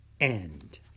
end